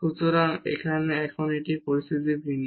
সুতরাং এখানে একটি এখন পরিস্থিতি ভিন্ন